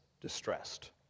distressed